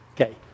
Okay